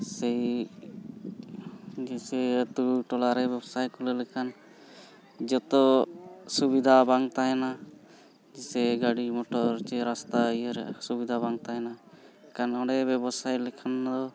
ᱥᱟᱹᱦᱤ ᱡᱮᱭᱥᱮ ᱟᱛᱳᱼᱴᱚᱞᱟᱨᱮ ᱵᱮᱵᱽᱥᱟᱭ ᱠᱷᱩᱞᱟᱹᱣ ᱞᱮᱠᱷᱟᱱ ᱡᱚᱛᱚ ᱥᱩᱵᱤᱫᱷᱟ ᱵᱟᱝ ᱛᱟᱦᱮᱱᱟ ᱡᱮᱭᱥᱮ ᱜᱟᱹᱰᱤ ᱢᱚᱴᱚᱨ ᱡᱮ ᱨᱟᱥᱛᱟ ᱤᱭᱟᱹᱨᱮ ᱥᱩᱵᱤᱫᱷᱟ ᱵᱟᱝ ᱛᱟᱦᱮᱱᱟ ᱠᱟᱨᱚᱱ ᱚᱸᱰᱮ ᱵᱮᱵᱽᱥᱟᱭ ᱞᱮᱠᱷᱟᱱ ᱫᱚ